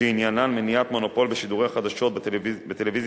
שעניינן מניעת מונופול בשידורי חדשות בטלוויזיה